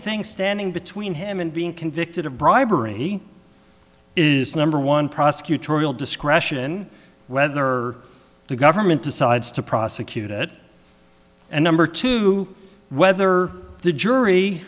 thing standing between him and being convicted of bribery is number one prosecutorial discretion whether the government decides to prosecute it and number two whether the jury